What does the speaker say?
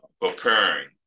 preparing